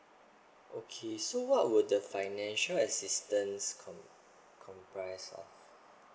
okay so what would the financial assistance com~ comprise of